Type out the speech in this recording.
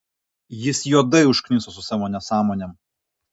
jis juodai užkniso su savo nesąmonėm